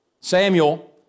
Samuel